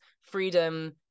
freedom